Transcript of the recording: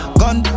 gun